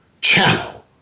channel